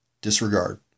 disregard